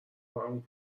عمو